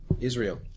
Israel